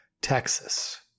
Texas